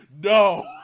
no